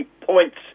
points